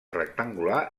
rectangular